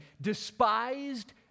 despised